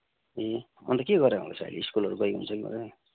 ए अन्त के गराइ हुँदैछ अहिले स्कुलहरू गई हुन्छ कि हुँदैन